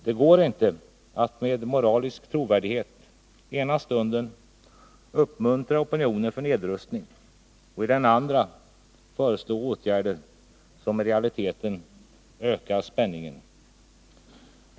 Det går inte att med moralisk trovärdighet ena stunden uppmuntra opinionen för nedrustning och i den andra föreslå åtgärder som i realiteten ökar spänningen.